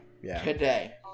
today